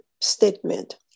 statement